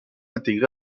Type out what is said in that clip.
intégré